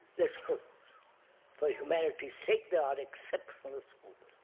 let's hope for humanity's sake, there are exceptional schools.